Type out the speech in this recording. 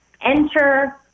enter